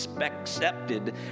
accepted